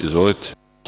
Izvolite.